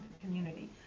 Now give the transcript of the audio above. community